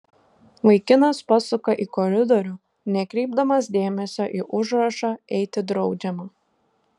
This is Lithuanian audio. vaikinas pasuka į koridorių nekreipdamas dėmesio į užrašą eiti draudžiama